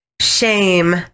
shame